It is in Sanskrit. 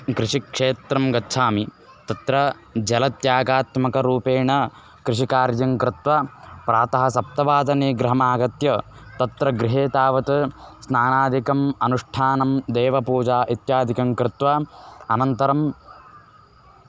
कृषिक्षेत्रं गच्छामि तत्र जलत्यागात्मकरूपेण कृषिकार्यङ्कृत्वा प्रातः सप्तवादने गृहमागत्य तत्र गृहे तावत् स्नानादिकम् अनुष्ठानं देवपूजा इत्यादिकङ्कृत्वा अनन्तरं